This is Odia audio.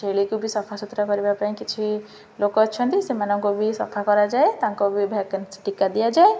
ଛେଳିକୁ ବି ସଫା ସୁୁତୁରା କରିବା ପାଇଁ କିଛି ଲୋକ ଅଛନ୍ତି ସେମାନଙ୍କୁ ବି ସଫା କରାଯାଏ ତା'ଙ୍କୁ ବି ଭ୍ୟାକେନ୍ସି ଟୀକା ଦିଆଯାଏ